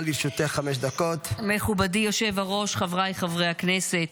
חברת הכנסת מטי צרפתי הרכבי,